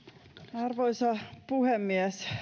arvoisa puhemies